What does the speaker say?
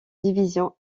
division